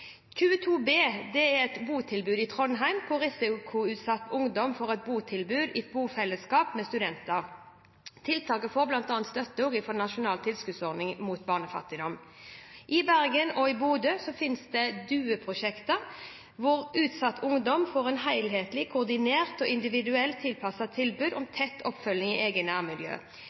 er et botilbud i Trondheim hvor risikoutsatt ungdom får et botilbud i bofellesskap med studenter. Tiltaket får bl.a. støtte fra nasjonal tilskuddsordning mot barnefattigdom. I Bergen og i Bodø finnes det DUE-prosjekter, hvor utsatt ungdom får et helhetlig, koordinert og individuelt tilpasset tilbud om